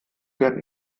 werden